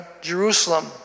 Jerusalem